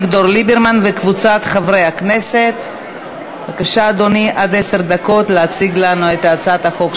חבר הכנסת יולי אדלשטיין, היושב-ראש, מה ההצבעה